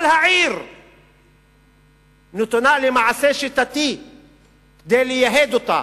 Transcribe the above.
כל העיר נתונה למעשה שיטתי כדי לייהד אותה,